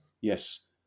yes